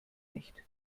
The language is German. nicht